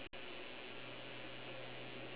oh rubbish